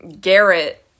Garrett